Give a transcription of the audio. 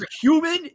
human